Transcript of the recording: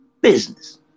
business